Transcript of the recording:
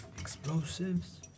explosives